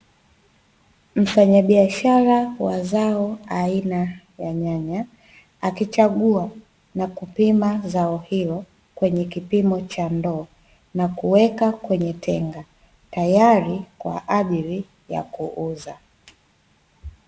Mfanyabiashara wa zao aina ya nyanya, akichagua na kupima zao hilo kwenye kipimo cha ndoo na kuweka kwenye tenga tayari kwa ajili ya kuuza.